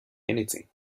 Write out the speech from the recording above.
anything